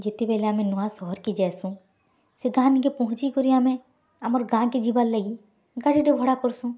ଯେତେବେଲେ ଆମେ ନୂଆ ସହର୍କେ ଯାଏସୁଁ ସେ ଗାଁନ୍ କେ ପହଁଞ୍ଚିକରି ଆମେ ଆମର୍ ଗାଁକେ ଯିବାର୍ ଲାଗି ଗାଡ଼ିଟେ ଭଡ଼ା କର୍ସୁଁ